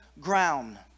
ground